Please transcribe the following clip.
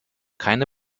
keine